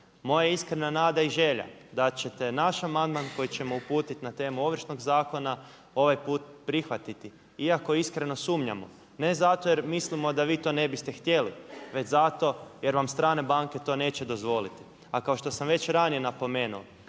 Moja je iskrena nada i želja da ćete naš amandman koji ćemo uputiti na temu Ovršnog zakona ovaj put prihvatiti iako iskreno sumnjamo. Ne zato jer mislimo da vi to ne biste htjeli, već zato jer vam strane banke to neće dozvoliti. A kao što sam već ranije napomenuo,